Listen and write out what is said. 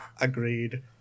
Agreed